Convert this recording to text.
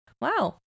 Wow